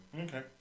Okay